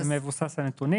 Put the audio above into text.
זה מבוסס על נתונים.